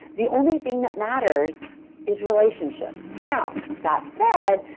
the only thing that matters is relationships. now, that said,